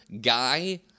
guy